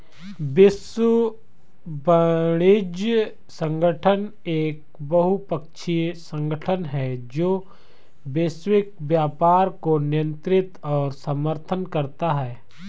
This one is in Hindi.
विश्व वाणिज्य संगठन एक बहुपक्षीय संगठन है जो वैश्विक व्यापार को नियंत्रित और समर्थन करता है